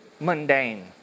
mundane